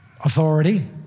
authority